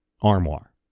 armoire